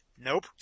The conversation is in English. Nope